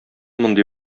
мондый